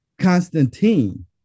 Constantine